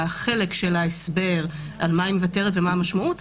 לחלק של ההסבר על מה היא מוותרת ומה המשמעות,